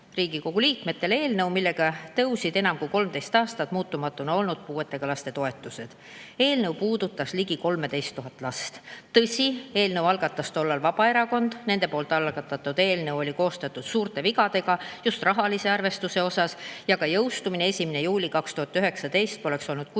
Riigikogu liikmetele! – eelnõu, mille kohaselt tõusid enam kui 13 aastat muutumatuna olnud puuetega laste toetused. Eelnõu puudutas ligi 13 000 last. Tõsi, eelnõu algatas tollal Vabaerakond, aga nende eelnõu oli koostatud suurte vigadega just rahalise arvestuse osas ja selle jõustumine 1. juulil 2019 poleks olnud kuidagi